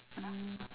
mm